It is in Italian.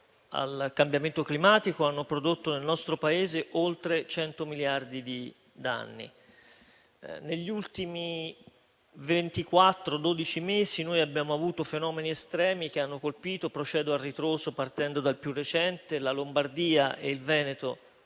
al cambiamento climatico hanno prodotto nel nostro Paese oltre 100 miliardi di danni. Negli ultimi dodici-ventiquattro mesi noi abbiamo avuto fenomeni estremi che hanno colpito, procedendo a ritroso e partendo dal più recente, la Lombardia e il Veneto